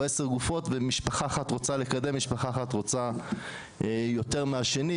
10 גופות ומשפחה אחת רוצה לקדם ומשפחה אחת רוצה יותר מהשני,